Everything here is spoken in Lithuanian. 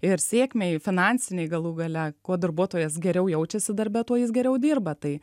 ir sėkmei finansinei galų gale kuo darbuotojas geriau jaučiasi darbe tuo jis geriau dirba tai